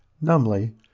Numbly